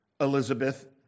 Elizabeth